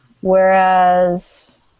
Whereas